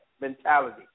mentality